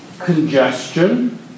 congestion